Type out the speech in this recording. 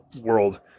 world